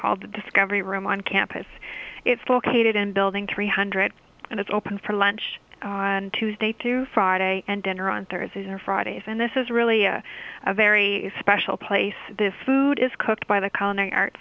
called the discovery room on campus it's located in building three hundred and it's open for lunch on tuesday to friday and dinner on thursdays and fridays and this is really a very special place this food is cooked by the